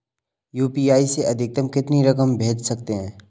UPI से अधिकतम कितनी रकम भेज सकते हैं?